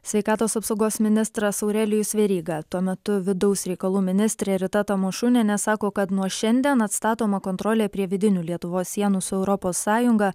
sveikatos apsaugos ministras aurelijus veryga tuo metu vidaus reikalų ministrė rita tamašunienė sako kad nuo šiandien atstatoma kontrolė prie vidinių lietuvos sienų su europos sąjunga